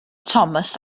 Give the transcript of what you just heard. tomos